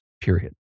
period